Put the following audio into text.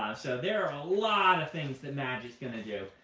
so there are a lot of things that magic's going to do.